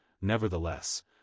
nevertheless